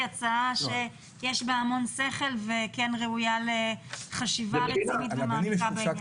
הצעה שיש בה המון שכל וראויה לחשיבה רצינית ומעמיקה.